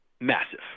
Massive